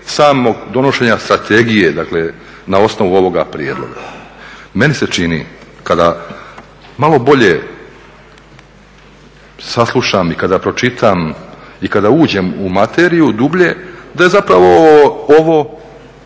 samog donošenja strategije na osnovu ovoga prijedloga. Meni se čini kada malo bolje saslušam i kada pročitam i kada uđem u materiju dublje da je zapravo ovo